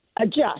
adjust